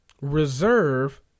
reserve